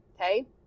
Okay